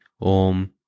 Om